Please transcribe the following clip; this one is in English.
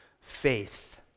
faith